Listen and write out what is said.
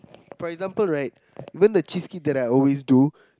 for example right you know the cheesecake that I always do